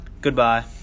Goodbye